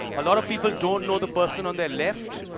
a lot of people don't know the person on their left.